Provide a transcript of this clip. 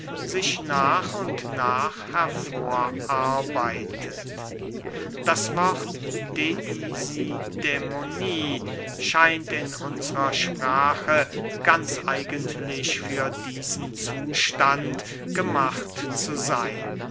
sich nach und nach hervorarbeitet das wort deisidämonie scheint in unsrer sprache ganz eigentlich für diesen zustand gemacht zu seyn